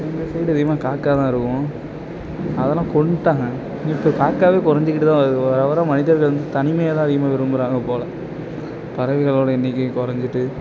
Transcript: எங்கள் சைடு அதிகமாக காக்கா தான் இருக்கும் அதெல்லாம் கொன்னுட்டாங்க இங்கிட்டு காக்காவே குறஞ்சிக்கிட்டு தான் வருது வர வர மனிதர்கள் வந்து தனிமையை தான் அதிகமாக விரும்பறாங்க போல பறவைகளோடய எண்ணிக்கை குறஞ்சிட்டு